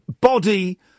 body